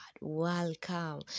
welcome